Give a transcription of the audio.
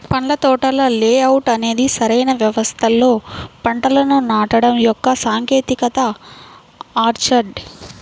పండ్ల తోటల లేఅవుట్ అనేది సరైన వ్యవస్థలో పంటలను నాటడం యొక్క సాంకేతికత ఆర్చర్డ్